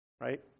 right